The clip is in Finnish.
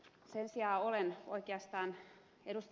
sen sijaan olen oikeastaan ed